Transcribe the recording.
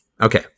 Okay